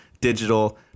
digital